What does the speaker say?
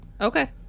Okay